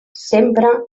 sempre